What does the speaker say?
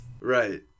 Right